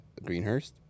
Greenhurst